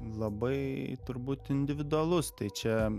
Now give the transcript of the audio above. labai turbūt individualus tai čia